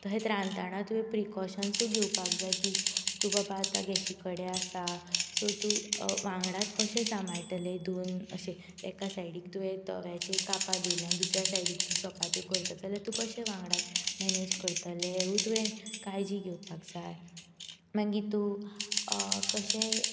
तहेत रांदतना तुवें प्रिकोशनसूय घेवपाक जाय की तूं बाबा आतां गॅशी कडेन आसा सो तूं वांगडाच कशें सांबाळटले धुवन अशें एका सायडीक तुवें तव्याचेर कापां दवरल्या दुसऱ्या सायडीक चपात्यो करता जाल्यार तूं कशें वांगडात मॅनेज करतले हेवूय तुवें काळजी घेवपाक जाय मागीर तूं कशें